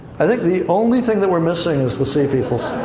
i think the only thing that we're missing is the sea peoples.